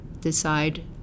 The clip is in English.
decide